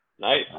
Nice